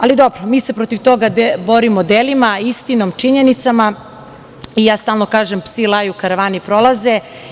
Ali, dobro, mi se protiv toga borimo delima i istinom, činjenicom, i ja stalno kažem – psi laju, a karavani prolaze.